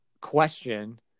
question